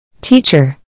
Teacher